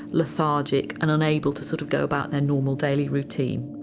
lethargic and unable to sort of go about their normal daily routine.